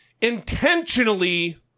intentionally